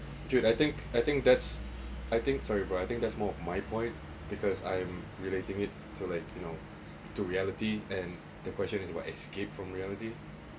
dude I think I think that's I think sorry bro I think that's more of my point because I'm relating it to like you know to reality and the question is about escape from reality